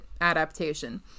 adaptation